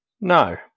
No